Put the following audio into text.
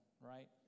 right